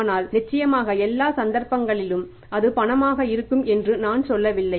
ஆனால் நிச்சயமாக எல்லா சந்தர்ப்பங்களிலும் அது பணமாக இருக்கும் என்று நான் சொல்லவில்லை